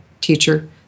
teacher